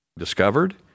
discovered